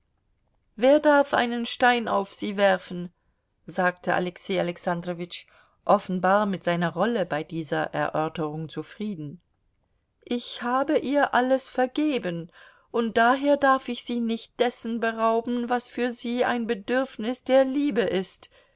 wer darf einen stein auf sie werfen sagte alexei alexandrowitsch offenbar mit seiner rolle bei dieser erörterung zufrieden ich habe ihr alles vergeben und daher darf ich sie nicht dessen berauben was für sie ein bedürfnis der liebe ist